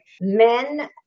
Men